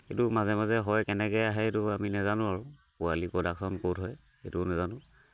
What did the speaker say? সেইটো মাজে মাজে হয় কেনেকে আহে এইটো আমি নেজানো আৰু পোৱালি প্ৰডাকশ্যন ক'ত হয় সেইটোও নেজানো